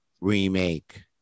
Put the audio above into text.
remake